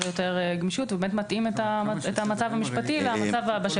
גמישות והוא באמת מתאים את המצב המשפטי למצב בשטח.